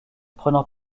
prenant